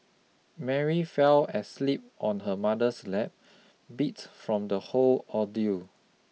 Mary fell asleep on her mother's lap beat from the whole ordeal